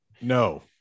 No